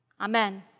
Amen